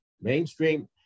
mainstream